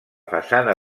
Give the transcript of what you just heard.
façana